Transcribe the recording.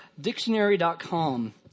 Dictionary.com